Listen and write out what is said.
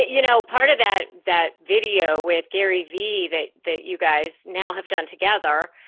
you know, part of that that video with gary vee, they that you guys now have done together,